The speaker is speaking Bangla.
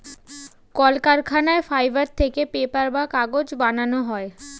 কলকারখানায় ফাইবার থেকে পেপার বা কাগজ বানানো হয়